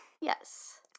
Yes